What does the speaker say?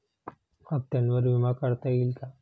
हप्त्यांवर विमा काढता येईल का?